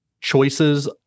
choices